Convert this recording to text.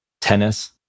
tennis